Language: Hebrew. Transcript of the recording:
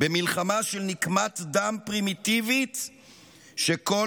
במלחמה של נקמת דם פרימיטיבית שכל